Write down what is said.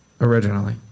Originally